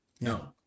no